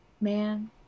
Man